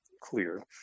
clear